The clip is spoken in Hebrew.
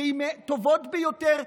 שהיא מהטובות ביותר,